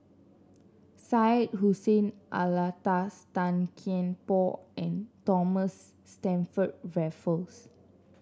Syed Hussein Alatas Tan Kian Por and Thomas Stamford Raffles